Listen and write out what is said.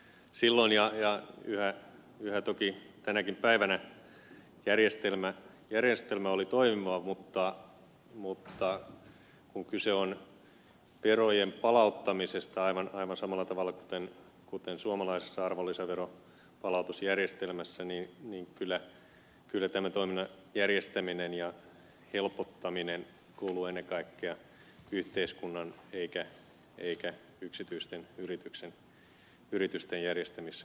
silloin ja yhä toki tänäkin päivänä järjestelmä oli toimiva mutta kun kyse on verojen palauttamisesta aivan samalla tavalla kuten suomalaisessa arvonlisäveron palautusjärjestelmässä niin kyllä tämän toiminnan järjestäminen ja helpottaminen kuuluu ennen kaikkea yhteiskunnan eikä yksityisten yritysten järjestämisvastuulle